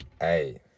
hey